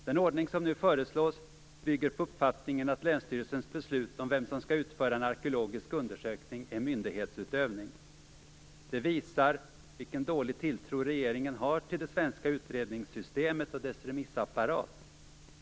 Den ordning som nu föreslås bygger på uppfattningen att länsstyrelsens beslut om vem som skall utföra en arkeologisk undersökning är myndighetsutövning. Det visar vilken dålig tilltro regeringen har till det svenska utredningssystemet och dess remissapparat.